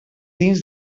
dins